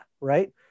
right